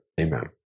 Amen